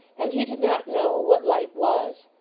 and he did not know what light was.